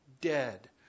dead